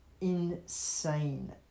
insane